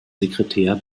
sekretär